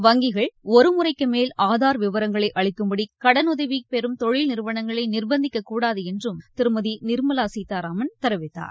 வங்கிகள் ஒரு முறைக்கு மேல் ஆதார் விவரங்களை அளிக்கும்படி கடனுதவி கேட்டு வரும் தொழில் நிறுவனங்களை நிர்பந்திக்க்கூடாது என்றும் திருமதி நிர்மவா சீதாராமன் தெரிவித்தார்